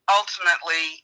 ultimately